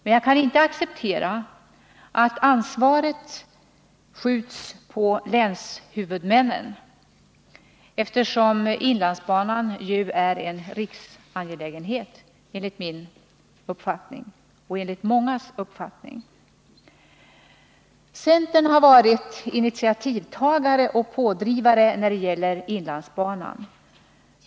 Men jag kan inte acceptera att ansvaret skjuts över på länshuvudmännen, eftersom inlandsbanan ju är en riksangelägenhet enligt min och många andras uppfattning. Centern har varit initiativtagare och pådrivare när det gäller inlandsbanan.